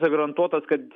garantuotas kad